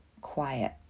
quiet